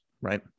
right